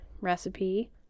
recipe